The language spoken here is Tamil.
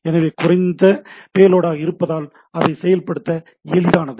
எனவே இது குறைந்த பேலோடாக இருப்பதால் அதை செயல்படுத்த எளிதானது